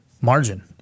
margin